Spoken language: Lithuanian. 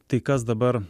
tai kas dabar